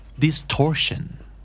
Distortion